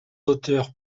auteurs